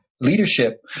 leadership